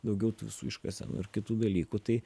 daugiau tų iškasenų ir kitų dalykų tai